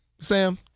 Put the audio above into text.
Sam